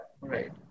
Right